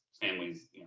families